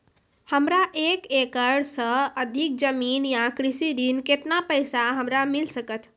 हमरा एक एकरऽ सऽ अधिक जमीन या कृषि ऋण केतना पैसा हमरा मिल सकत?